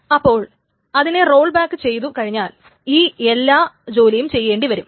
അപ്പോൾ അതിനെ roll back ചെയ്തു കഴിഞ്ഞാൽ ഈ എല്ലാ ജോലിയും ചെയ്യേണ്ടിവരും